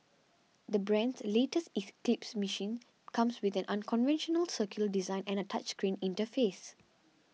the brand's latest eclipse machine comes with an unconventional circular design and a touch screen interface